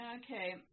Okay